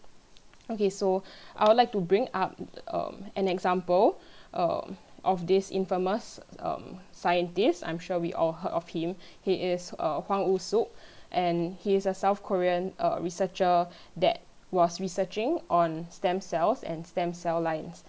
okay so I would like to bring up um an example um of this infamous um scientist I'm sure we all heard of him he is uh Hwang-Woo-Suk and he is a south korean uh researcher that was researching on stem cells and stem cell lines